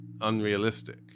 unrealistic